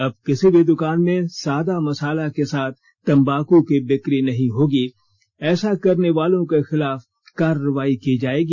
अब किसी भी दुकान में सादा मसाला के साथ तंबाकू की बिक्री नहीं होगी ऐसे करने वालों के खिलाफ कार्रवाई की जाएगी